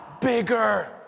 bigger